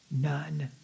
None